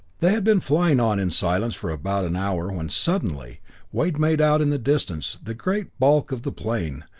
they had been flying on in silence for about an hour, when suddenly wade made out in the distance the great bulk of the plane,